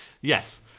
Yes